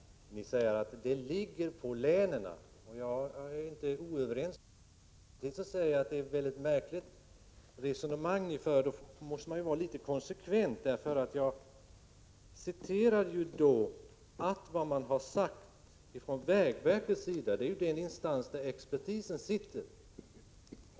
Ni säger att avgörandet ligger hos länsstyrelsen, men det är ett väldigt märkligt resonemang ni för. Man måste vara konsekvent. Jag citerade vad man sagt från vägverket, som ju är den instans där expertisen finns.